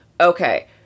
okay